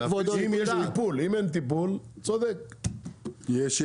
אם יש טיפול, אם אין טיפול, צודק.